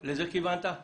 לזה כיוונת?